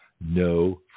no